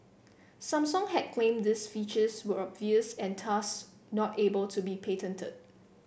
Samsung had claimed these features were obvious and thus not able to be patented